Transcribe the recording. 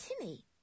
Timmy